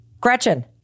Gretchen